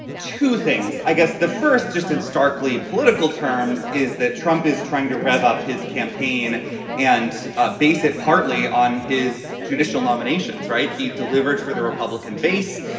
two things. i guess the first, just in starkly political terms, is that trump is trying to rev up his campaign and base it partly on his judicial nominations. right. he delivered for the republican base.